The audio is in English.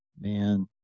Man